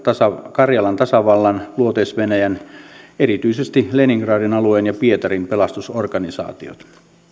karjalan tasavallan luoteis venäjän erityisesti leningradin alueen ja pietarin pelastusorganisaatiot